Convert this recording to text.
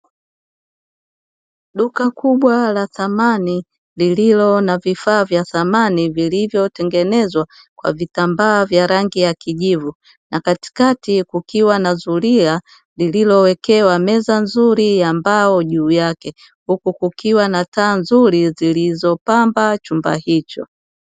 Duka kubwa la samani lililo na vifaa vya samani vilivyotengenezwa kwa vitambaa vya rangi ya kijivu na katikati kukiwa na zulia lililowekewa meza nzuri ya mbao juu yake, huku kukiwa na taa nzuri zilizopamba chumba hicho.